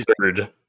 third